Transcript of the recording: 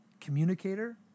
communicator